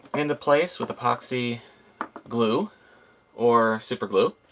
into place with epoxy glue or superglue.